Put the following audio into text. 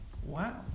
wow